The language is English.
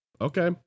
okay